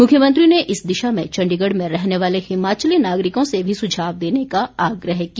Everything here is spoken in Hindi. मुख्यमंत्री ने इस दिशा में चण्डीगढ़ में रहने वाले हिमाचली नागरिकों से भी सुझाव देने का आग्रह किया